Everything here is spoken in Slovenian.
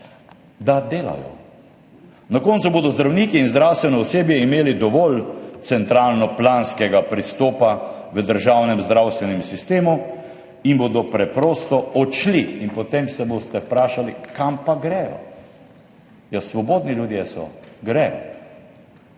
da delajo. Na koncu bodo zdravniki in zdravstveno osebje imeli dovolj centralnoplanskega pristopa v državnem zdravstvenem sistemu in bodo preprosto odšli. In potem se boste vprašali, kam pa gredo. Ja svobodni ljudje so, gredo.